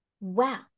Wow